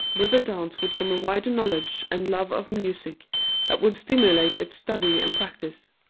with the dance would come a wider knowledge and love of music that would stimulate its study and practice.